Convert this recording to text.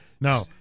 No